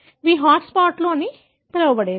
ఇవి హాట్ స్పాట్లు అవి అని పిలవబడేవి